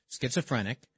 schizophrenic